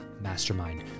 Mastermind